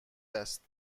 است